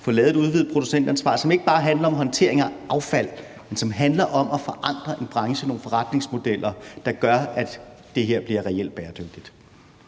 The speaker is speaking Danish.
få lavet et udvidet producentansvar, som ikke bare handler om håndtering af affald, men som handler om at forandre en branche, nogle forretningsmodeller, der gør, at det her bliver reelt bæredygtigt?